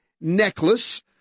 necklace